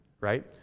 Right